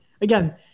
again